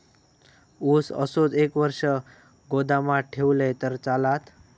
ऊस असोच एक वर्ष गोदामात ठेवलंय तर चालात?